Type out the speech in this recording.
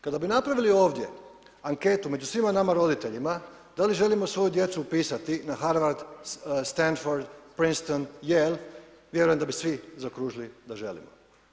Kada bi napravili ovdje, anketu među svima nama roditeljima, da li želimo svoju djecu upisati na Harvard, Stanford, Princeton, Jale, vjerujem da bi svi zaokružili da želimo.